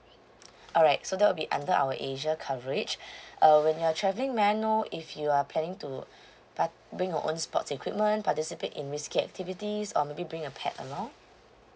alright so that'll be under our asia coverage uh when you are travelling may I know if you are planning to par~ bring your own sports equipment participate in risky activities or maybe bring a pet along